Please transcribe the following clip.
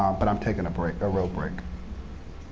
um but i'm taking a break, a real break.